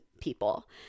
people